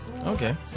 Okay